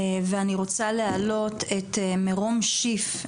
אני רוצה להעלות את מרום שיף,